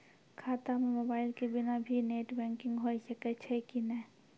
खाता म मोबाइल के बिना भी नेट बैंकिग होय सकैय छै कि नै?